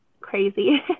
crazy